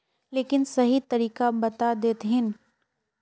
लेकिन सही तरीका बता देतहिन?